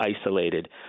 isolated